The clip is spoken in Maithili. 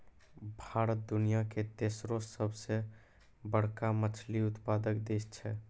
भारत दुनिया के तेसरो सभ से बड़का मछली उत्पादक देश छै